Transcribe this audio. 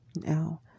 Now